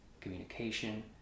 communication